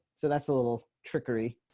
so that's a little trickery.